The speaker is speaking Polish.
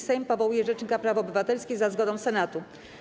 Sejm powołuje rzecznika praw obywatelskich za zgodą Senatu.